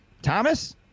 Thomas